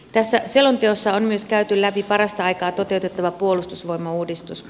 tässä selonteossa on myös käyty läpi parastaikaa toteutettava puolustusvoimauudistus